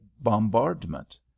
bombardment